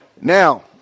Now